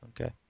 Okay